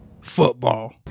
football